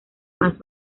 más